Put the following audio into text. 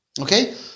Okay